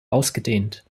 ausgedehnt